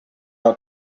out